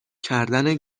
کردن